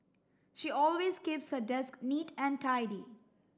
she always keeps her desk neat and tidy